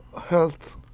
health